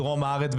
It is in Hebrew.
בדרום הארץ,